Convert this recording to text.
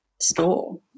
store